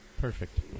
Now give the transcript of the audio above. Perfect